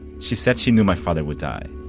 she said she knew my father would die